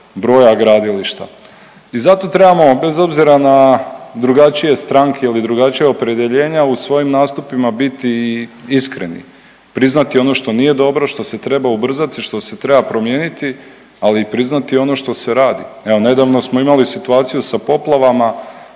broja gradilišta. I zato trebamo, bez obzira na drugačije stranke ili drugačije opredjeljenja, u svojim nastupima biti i iskreni, priznati ono što nije dobro, što se treba ubrzati, što se treba promijeniti, ali i priznati ono što se radi, e a nedavno smo imali situaciju sa poplavama,